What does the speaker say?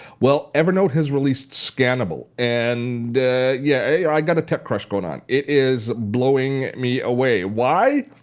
well, evernote has released scannable and yeah, i've got a tech crush going on. it is blowing me away. why?